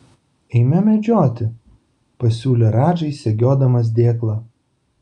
eime medžioti pasiūlė radžai segiodamas dėklą